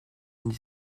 vingt